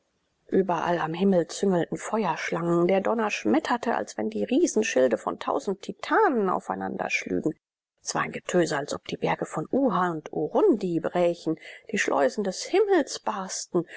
überall am himmel züngelten feuerschlangen der donner schmetterte als wenn die riesenschilde von tausend titanen aufeinander schlügen es war ein getöse als ob die berge von uha und urundi brächen die schleusen des himmels barsten